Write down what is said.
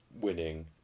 winning